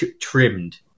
trimmed